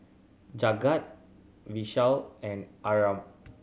Jagat Vishal and Arnab